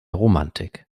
romantik